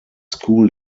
school